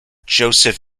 joseph